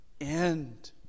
end